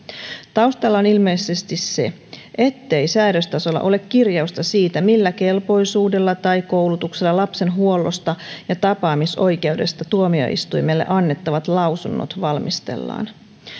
taustalla on ilmeisesti se ettei säädöstasolla ole kirjausta siitä millä kelpoisuudella tai koulutuksella lapsen huollosta ja tapaamisoikeudesta tuomioistuimelle annettavat lausunnot valmistellaan